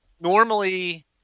normally